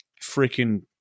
freaking